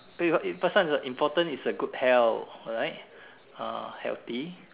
build it first one is what important is a good health alright uh healthy